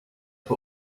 put